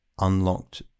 unlocked